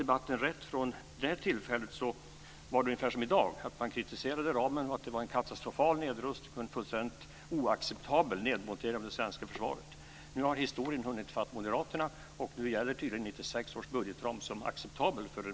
Om jag minns rätt från den debatten var det då ungefär som i dag, dvs. man kritiserade ramen, det var en katastrofal nedrustning och en fullständigt oacceptabel nedmontering av det svenska försvaret. Nu har historien hunnit ifatt Moderaterna, och nu är tydligen